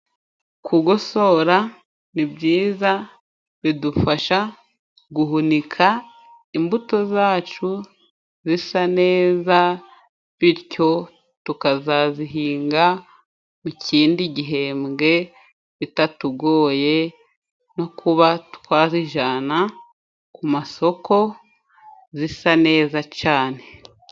Kugosora nibyiza bidufasha guhunika imbuto zacu zisa neza. Bityo tukazazihinga mu kindi gihembwe bitatugoye no kuba twazijana ku masoko zisa neza cane.